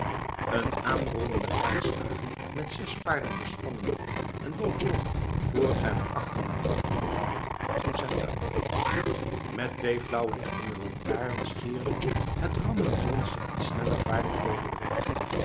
een aanrollende reiswagen met zes paarden bespannen en bovenop voor en achter met koffers bepakt trok zijn aandacht met zijn twee flauw lichtende lantaarns gierde het rammelend monster in snelle vaart over de weg